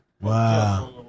Wow